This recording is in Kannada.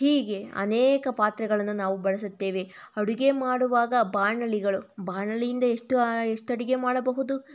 ಹೀಗೆ ಅನೇಕ ಪಾತ್ರೆಗಳನ್ನು ನಾವು ಬಳಸುತ್ತೇವೆ ಅಡುಗೆ ಮಾಡುವಾಗ ಬಾಣಲೆಗಳು ಬಾಣಲೆಯಿಂದ ಎಷ್ಟೋ ಎಷ್ಟು ಅಡುಗೆ ಮಾಡಬಹುದು